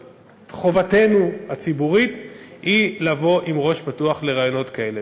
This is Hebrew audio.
חובתנו הציבורית היא לבוא עם ראש פתוח לרעיונות כאלה